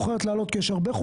עבדתם